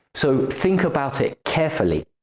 so think about it carefully.